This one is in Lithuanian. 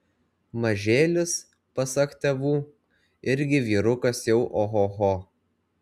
mažėlis pasak tėvų irgi vyrukas jau ohoho